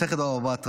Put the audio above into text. מסכת בבא בתרא.